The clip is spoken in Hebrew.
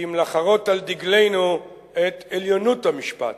כי אם לחרות על דגלנו את עליונות המשפט.